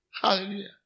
Hallelujah